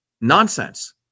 nonsense